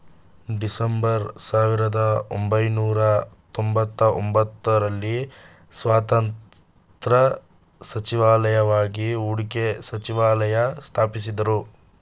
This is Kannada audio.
ಡಿಸೆಂಬರ್ ಸಾವಿರದಒಂಬೈನೂರ ತೊಂಬತ್ತಒಂಬತ್ತು ರಲ್ಲಿ ಸ್ವತಂತ್ರ ಸಚಿವಾಲಯವಾಗಿ ಹೂಡಿಕೆ ಸಚಿವಾಲಯ ಸ್ಥಾಪಿಸಿದ್ದ್ರು